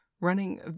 running